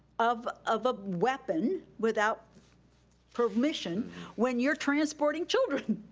of of a weapon, without permission when you're transporting children.